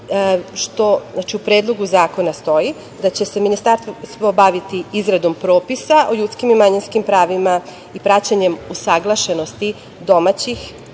u predlogu zakona stoji, da će se ministarstvo baviti izradom propisa o ljudskim i manjinskim pravima i praćenjem usaglašenosti domaćih